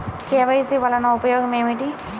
KYC వలన ఉపయోగం ఏమిటీ?